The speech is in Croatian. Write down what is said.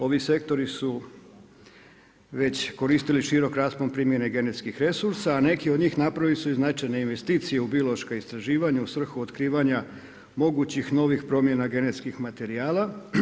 Ovi sektori su već koristili širok raspon primjene genetskih resursa, a neki od njih napravili su i značajne investicije u biološka istraživanja, u svrhu otkrivanja mogućih novih promjena genetskih materijala.